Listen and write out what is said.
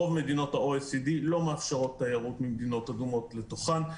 רוב מדינות ה-OECD לא מאפשרות תיירות ממדינות אדומות לתוכן,